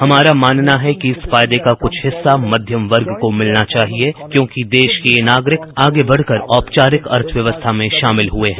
हमारा मानना है कि इस फायदे का कुछ हिस्सा मध्यम वर्ग को मिलना चाहिए क्योंकि देश के यह नागरिक आगे बढ़कर औपचारिक अर्थव्यवस्था में शामिल हुए हैं